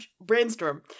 Brainstorm